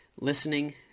Listening